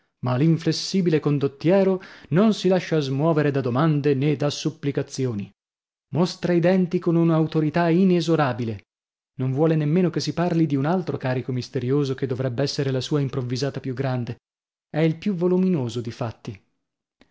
ma l'inflessibile condottiero non si lascia smuovere da domande nè da supplicazioni mostra i denti con una autorità inesorabile non vuole nemmeno che si parli di un altro carico misterioso che dovrebb'essere la sua improvvisata più grande è il più voluminoso di fatti